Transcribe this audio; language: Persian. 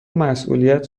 مسئولیت